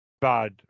bad